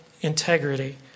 integrity